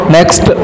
Next